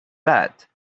that